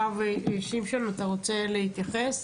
הרב שמשון, אתה רוצה להתייחס?